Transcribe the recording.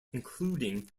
including